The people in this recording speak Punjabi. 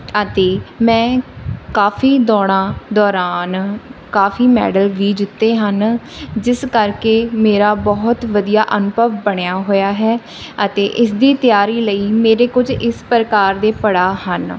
ਅਤੇ ਮੈਂ ਕਾਫੀ ਦੌੜਾਂ ਦੌਰਾਨ ਕਾਫੀ ਮੈਡਲ ਵੀ ਜਿੱਤੇ ਹਨ ਜਿਸ ਕਰਕੇ ਮੇਰਾ ਬਹੁਤ ਵਧੀਆ ਅਨੁਭਵ ਬਣਿਆ ਹੋਇਆ ਹੈ ਅਤੇ ਇਸ ਦੀ ਤਿਆਰੀ ਲਈ ਮੇਰੇ ਕੁਝ ਇਸ ਪ੍ਰਕਾਰ ਦੇ ਪੜਾਅ ਹਨ